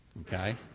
Okay